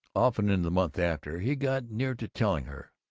often, in the month after, he got near to telling her,